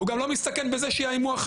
הוא גם לא מסתכן בזה שהוא יהיה מאוים,